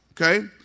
okay